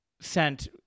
sent